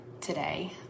today